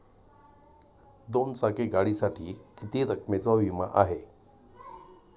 दोन चाकी गाडीसाठी किती रकमेचा विमा आहे?